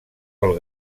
del